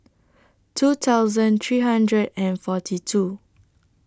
two thousand three hundred and forty two